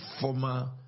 former